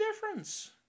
difference